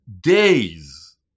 days